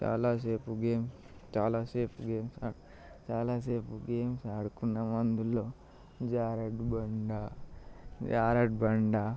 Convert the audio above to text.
చాలాసేపు గేమ్ చాలాసేపు గేమ్స్ చాలాసేపు గేమ్స్ ఆడుకున్నాము అందులో జారుడు బండ జారుడు బండ